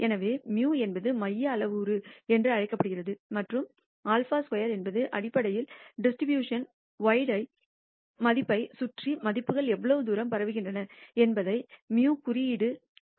எனவே μ என்பது மைய அளவுரு என்றும் அழைக்கப்படுகிறது மற்றும் σ2 என்பது அடிப்படையில் டிஸ்ட்ரிபூஷணனின் வெய்ட மைய மதிப்பைச் சுற்றி மதிப்புகள் எவ்வளவு தூரம் பரவுகின்றன என்பதைக் μ குறியீடாக குறிக்கிறது